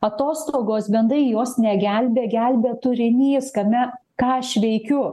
atostogos bendai jos negelbė gelbė turinys kame ką aš veikiu